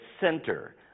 center